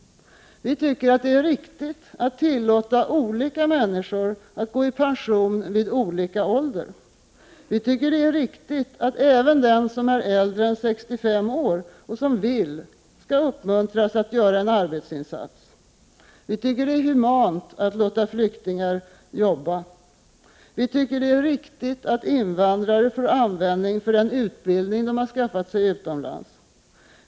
Vi tycker att det är riktigt att tillåta olika människor att gå i pension vid olika ålder. Vi tycker det är riktigt att även den som är äldre än 65 år och som vill utföra en arbetsinsats skall uppmuntras att göra det. Vi tycker det är humant att låta flyktingar jobba. Vi tycker det är riktigt att invandrare får användning för den utbildning de skaffat sig utomlands.